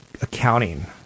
accounting